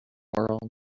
world